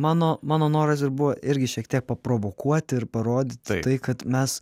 mano noras ir buvo irgi šiek tiek paprovokuoti ir parodyti tai kad mes